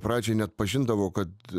pradžioj neatpažindavo kad